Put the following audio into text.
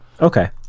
Okay